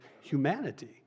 humanity